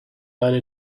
nine